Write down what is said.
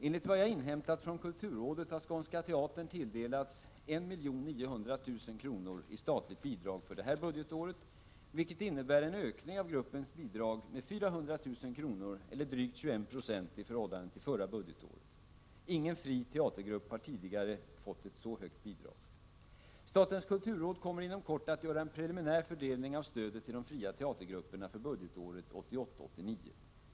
Enligt vad jag inhämtat från kulturrådet har Skånska Teatern tilldelats 1,9 milj.kr. i statligt bidrag för innevarande budgetår, vilket innebär en ökning av gruppens bidrag med 400 000 kr., eller drygt 21 90 i förhållande till föregående budgetår. Ingen fri teatergrupp har tidigare fått ett så högt bidrag. Statens kulturråd kommer inom kort att göra en preliminär fördelning av stödet till de fria teatergrupperna för budgetåret 1988/89.